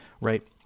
right